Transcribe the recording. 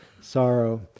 sorrow